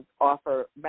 offer